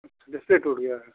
किस से टूट गया है